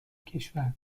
کشور